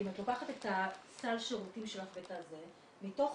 אם את לוקחת את הסל שירותים שלך ואת ה- -- מתוך